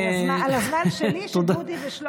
על הזמן שלי שדודי ושלמה הביאו לי.